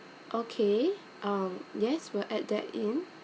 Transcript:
okay um yes will add that in